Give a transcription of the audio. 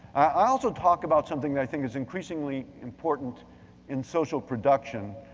i also talk about something, that i think is increasingly important in social production,